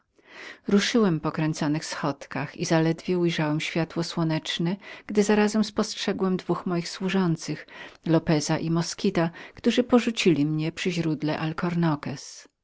ruszyłem po kręconych schodkach i zaledwie ujrzałem światło słoneczne gdy zarazem spostrzegłem dwóch moich służących lopeza i moskita którzy porzucili mnie byli przy źródle